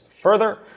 further